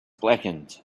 blackened